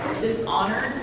Dishonored